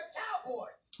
cowboys